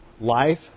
life